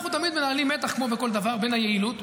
אנחנו תמיד מנהלים מתח כמו בכל דבר: בין היעילות,